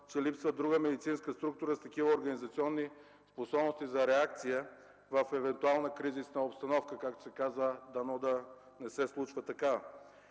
че липсва друга медицинска структура с такива организационни способности за реакция в евентуална кризисна обстановка. Както се казва: дано не се случва такава.